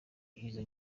izo